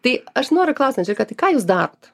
tai aš noriu klaust anželika tai ką jūs darot